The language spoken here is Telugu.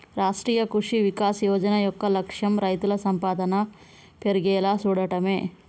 రాష్ట్రీయ కృషి వికాస్ యోజన యొక్క లక్ష్యం రైతుల సంపాదన పెర్గేలా సూడటమే